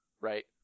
Right